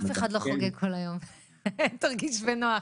אף אחד לא חוגג כל היום, תרגיש בנוח.